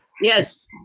Yes